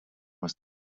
was